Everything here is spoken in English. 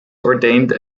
ordained